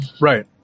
Right